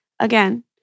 again